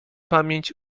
pamięć